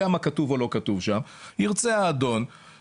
מודעים לזה, אבל בשאר 29 סניפים אנשים לא ממתינים.